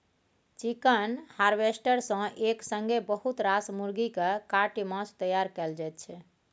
chicken harvester सँ एक संगे बहुत रास मुरगी केँ काटि मासु तैयार कएल जाइ छै